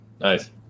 Nice